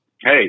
Hey